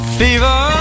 fever